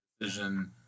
decision